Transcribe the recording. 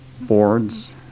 boards